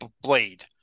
blade